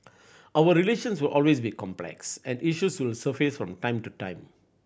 our relations will always be complex and issues will surface from time to time